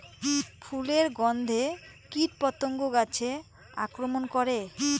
ফুলের গণ্ধে কীটপতঙ্গ গাছে আক্রমণ করে?